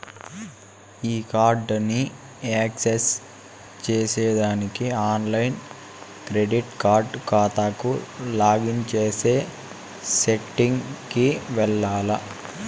ఈ కార్డుని యాక్సెస్ చేసేదానికి ఆన్లైన్ క్రెడిట్ కార్డు కాతాకు లాగిన్ చేసే సెట్టింగ్ కి వెల్లాల్ల